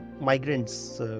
migrants